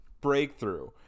breakthrough